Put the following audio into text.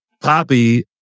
poppy